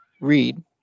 read